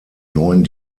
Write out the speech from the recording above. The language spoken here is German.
neuen